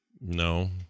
no